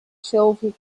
sylvie